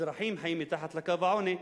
אזרחים חיים מתחת לקו העוני,